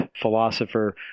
philosopher